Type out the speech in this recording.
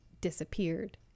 disappeared